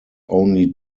only